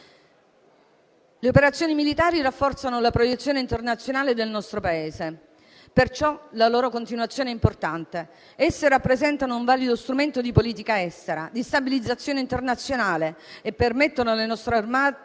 Le operazioni militari rafforzano la proiezione internazionale del nostro Paese, perciò la loro continuazione è importante: rappresentano un valido strumento di politica estera e di stabilizzazione internazionale e permettono alle nostre Forze